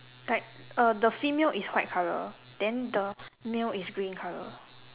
like uh the female is white colour then the male is green colour